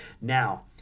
Now